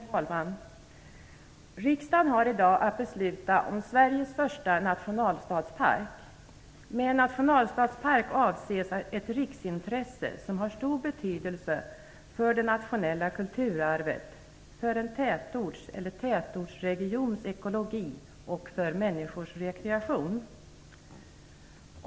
Herr talman! Riksdagen har i dag att besluta om Sveriges första nationalstadspark. Med en nationalstadspark avses ett riksintresse som har stor betydelse för det nationella kulturarvet, för en tätorts eller tätortsregions ekologi och för människors rekreation.